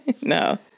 No